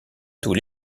tous